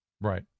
Right